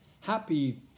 Happy